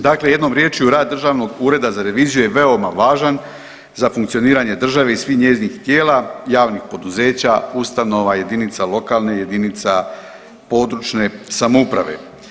Dakle jednom riječju rad državnog ureda za reviziju je veoma važan za funkcioniranje države i svih njezinih tijela, javnih poduzeća, ustanova, jedinica lokalne, jedinica područne samouprave.